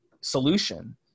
solution